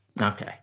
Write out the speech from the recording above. Okay